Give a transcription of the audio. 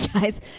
guys